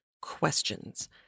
questions